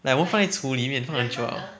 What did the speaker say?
like 我们放在橱里面放很久 liao